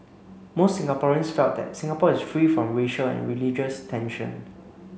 most Singaporeans felt that Singapore is free from racial and religious tension